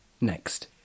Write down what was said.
Next